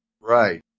Right